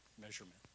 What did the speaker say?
measurement